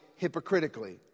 hypocritically